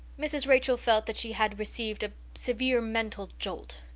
mrs. rachel felt that she had received a severe mental jolt.